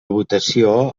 votació